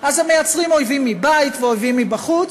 אז הם מייצרים אויבים מבית ואויבים מבחוץ.